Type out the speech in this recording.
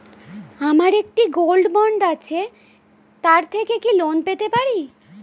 আমার একটি gold bond আছে তার থেকে কি লোন পেতে পারি?